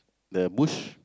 the bush